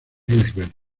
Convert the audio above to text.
roosevelt